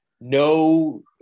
no